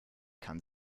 kann